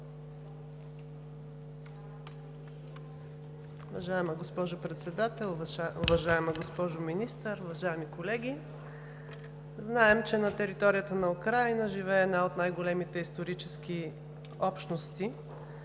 Уважаема госпожо Председател, уважаема госпожо Министър, уважаеми колеги! Знаем, че на територията на Украйна живее една от най-големите исторически общности